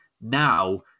Now